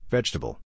Vegetable